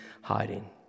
hiding